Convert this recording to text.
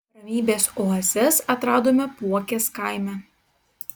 ramybės oazes atradome puokės kaime